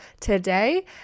today